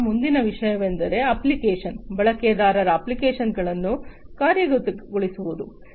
ಚಕ್ರದ ಮುಂದಿನ ವಿಷಯವೆಂದರೆ ಅಪ್ಲಿಕೇಶನ್ ಬಳಕೆದಾರರ ಅಪ್ಲಿಕೇಶನ್ಗಳನ್ನು ಕಾರ್ಯಗತಗೊಳಿಸುವುದು